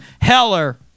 Heller